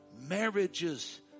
marriages